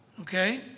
okay